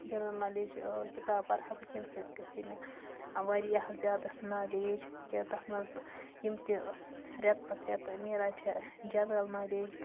general knowledge کِتاب پَرٕ ہا بہٕ تمہِ سۭتۍ گژھِ ہا مےٚ واریاہ زیادٕ نالیج کہِ تَتھ منٛز یِم تہِ رٮ۪تہٕ پَتہٕ رٮ۪تہٕ نیران چھِ جَنرَل نالیج بُکہٕ